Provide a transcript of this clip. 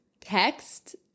text